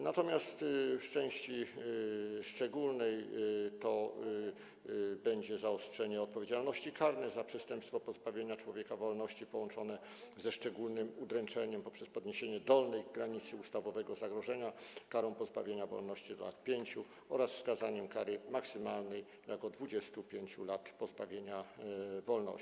Natomiast w części szczególnej będzie to zaostrzenie odpowiedzialności karnej za przestępstwo pozbawienia człowieka wolności połączone ze szczególnym udręczeniem poprzez podniesienie dolnej granicy ustawowego zagrożenia karą pozbawienia wolności do lat 5 oraz wskazanie kary maksymalnej jako 25 lat pozbawienia wolności.